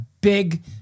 big